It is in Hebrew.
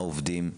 העובדים,